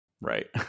Right